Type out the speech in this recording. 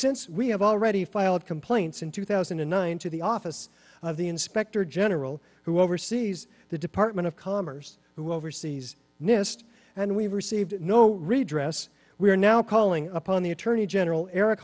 since we have already filed complaints in two thousand and nine to the office of the inspector general who oversees the department of commerce who oversees mist and we've received no redress we are now calling upon the attorney general eric